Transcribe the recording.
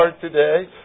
today